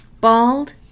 bald